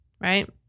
Right